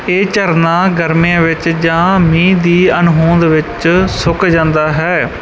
ਇਹ ਝਰਨਾ ਗਰਮੀਆਂ ਵਿੱਚ ਜਾਂ ਮੀਂਹ ਦੀ ਅਣਹੋਂਦ ਵਿੱਚ ਸੁੱਕ ਜਾਂਦਾ ਹੈ